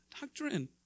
doctrine